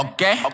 Okay